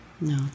No